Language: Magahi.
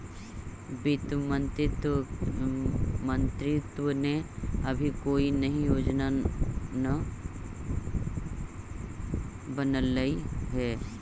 वित्त मंत्रित्व ने अभी कोई नई योजना न बनलई हे